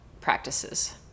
practices